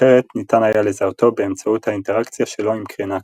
אחרת ניתן היה לזהותו באמצעות האינטראקציה שלו עם קרינה כזו.